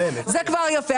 זה כבר יפה.